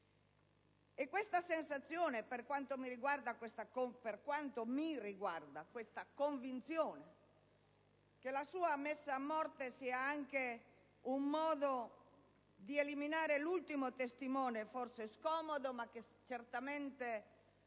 La sensazione - per quanto mi riguarda, la convinzione - è che la sua messa a morte sia anche un modo di eliminare l'ultimo testimone forse scomodo, ma che certamente